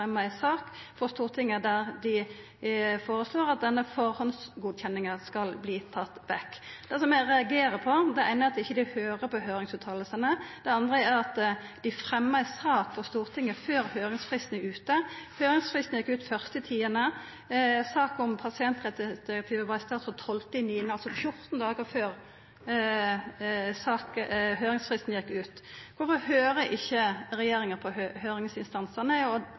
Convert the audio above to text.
ei sak for Stortinget der dei foreslår at denne førehandsgodkjenninga skal verta tatt vekk. Det som eg reagerer på, er for det første at ein ikkje høyrer på høyringsutsegnene. Det andre er at ein fremjar ei sak for Stortinget før høyringsfristen er ute. Høyringsfristen gjekk ut 1. oktober, saka om pasientrettsdirektivet var i statsråd 12. september, altså 14 dagar før høyringsfristen gjekk ut. Kvifor høyrer ikkje regjeringa på høyringsinstansane? Og